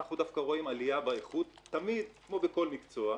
ואנחנו דווקא רואים עלייה באיכות כמו בכל מקצוע.